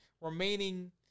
remaining